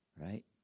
Right